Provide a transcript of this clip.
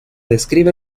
describe